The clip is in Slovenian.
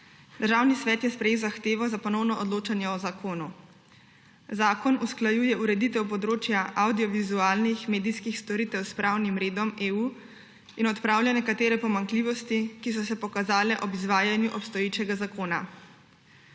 Državni svet je sprejel zahtevo za ponovno odločanje o zakonu. Zakon usklajuje ureditev področja avdiovizualnih medijskih storitev s pravnim redom EU in odpravlja nekatere pomanjkljivosti, ki so se pokazale ob izvajanju obstoječega zakona.